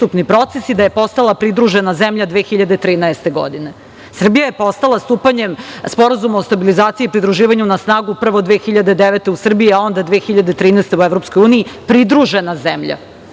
da je postala pridružena zemlja 2013. godine. Srbija je postala stupanjem Sporazuma o stabilizaciji i pridruživanju na snagu prvo 2009. godine u Srbiji, a onda 2013. godine u EU, pridružena zemlja.